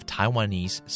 Taiwanese